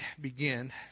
begin